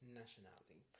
nationality